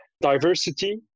diversity